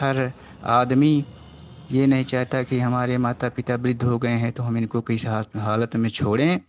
हर आदमी यह नहीं चाहता कि हमारे माता पिता वृद्ध हो गए हैं तो हम इनको इस हालत में छोड़ें